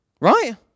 right